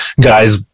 guys